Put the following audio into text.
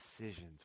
decisions